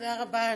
תודה רבה.